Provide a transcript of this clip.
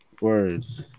words